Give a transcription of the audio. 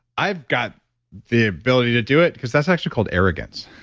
i've got the ability to do it. because that's actually called arrogance.